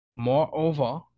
Moreover